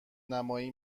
نمایی